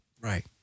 Right